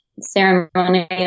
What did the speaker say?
ceremonial